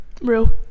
Real